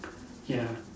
ya